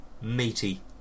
meaty